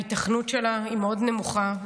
ההיתכנות שלה היא מאוד נמוכה,